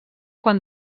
quan